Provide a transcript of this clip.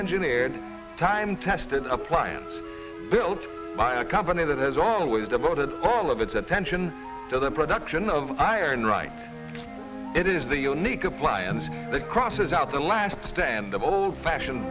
engineered time tested appliance built by a company that has always devoted all of its attention to the production of iron right it is the unique appliance that crosses out the last stand of old fashioned